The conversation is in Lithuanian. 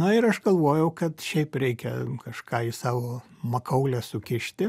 na ir aš galvojau kad šiaip reikia kažką į savo makaulę sukišti